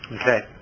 Okay